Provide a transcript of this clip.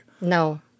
no